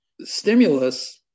stimulus